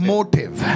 Motive